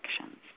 actions